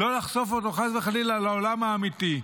לא לחשוף אותו חס וחלילה לעולם האמיתי.